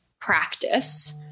practice